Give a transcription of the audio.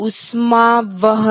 ઉષ્માવહન